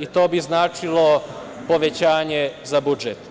i to bi značilo povećanje za budžet.